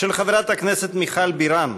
של חברת הכנסת מיכל בירן.